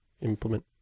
implement